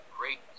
great